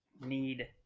Need